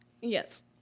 Yes